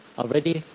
already